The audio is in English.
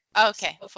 Okay